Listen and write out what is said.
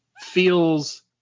feels